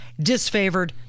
disfavored